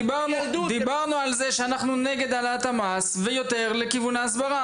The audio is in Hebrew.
דיברנו על כך שאנחנו נגד העלאת המס ויותר לכיוון ההסברה,